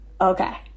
Okay